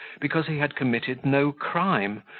because he had committed no crime,